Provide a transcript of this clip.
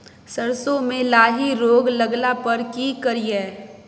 सरसो मे लाही रोग लगला पर की करिये?